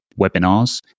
webinars